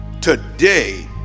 today